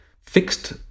fixed